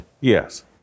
Yes